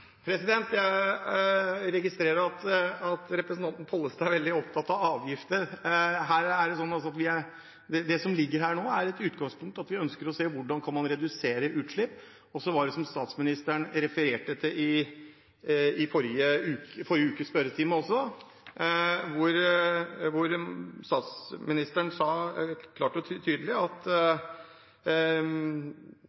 Jeg registrerer at representanten Pollestad er veldig opptatt av avgifter. Det som ligger her nå, er et utgangspunkt – vi ønsker å se hvordan man kan redusere utslipp. Statsministeren refererte i forrige ukes spørretime til dette, da hun klart og tydelig sa at det er viktig i norsk politisk debatt å rydde opp i hva som er politiske forslag og regjeringens forslag, og